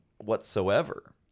Whatsoever